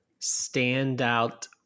standout